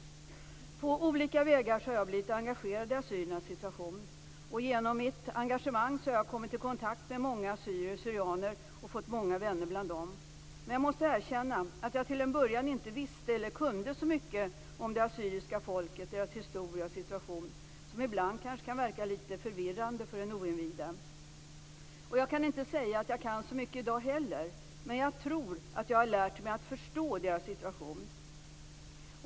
På olika vägar har jag blivit engagerad i assyriernas situation. Genom mitt engagemang har jag kommit i kontakt med många assyrier, syrianer, och fått många vänner bland dem. Men jag måste erkänna att jag till en början inte visste eller kunde så mycket om det assyriska folket, deras historia och situation, som ibland kanske kan verka lite förvirrande för den oinvigde. Jag kan inte säga att jag kan så mycket i dag heller, men jag tror att jag har lärt mig att förstå deras situation.